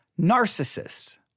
Narcissist